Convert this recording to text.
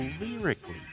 lyrically